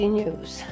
news